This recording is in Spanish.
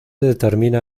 determina